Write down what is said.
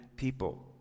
People